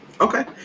Okay